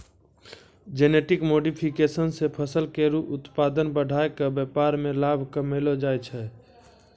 genetic modification सें फसल केरो उत्पादन बढ़ाय क व्यापार में लाभ कमैलो जाय छै